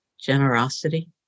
generosity